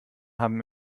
haben